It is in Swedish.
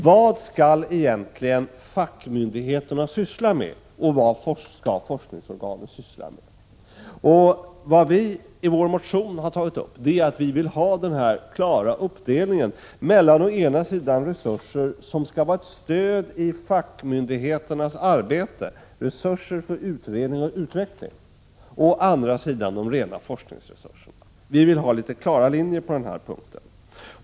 Vad skall egentligen fackmyndigheterna syssla med, och vad skall forskningsorganen syssla med? Vi har i vår motion sagt att vi vill ha en klar uppdelning mellan å ena sidan resurser som skall vara ett stöd i fackmyndigheternas arbete, resurser för utredning och utveckling, och å andra sidan rena forskningsresurser. Vi vill ha en klar linje på denna punkt.